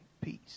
peace